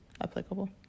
applicable